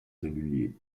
singulier